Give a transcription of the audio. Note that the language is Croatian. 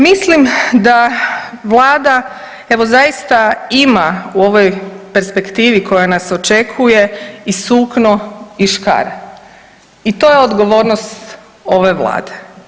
Mislim da Vlada, evo zaista ima u ovoj perspektivi koja nas očekuje i sukno i škare i to je odgovornost ove Vlade.